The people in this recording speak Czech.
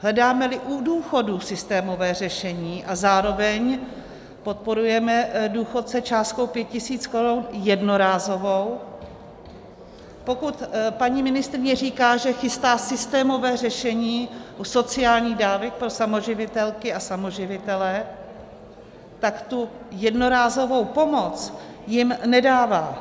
Hledámeli u důchodů systémové řešení a zároveň podporujeme důchodce částkou 5 tisíc korun jednorázovou, pokud paní ministryně říká, že chystá systémové řešení u sociálních dávek pro samoživitelky a samoživitele, tak tu jednorázovou pomoc jim nedává.